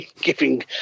giving